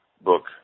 book